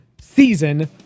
season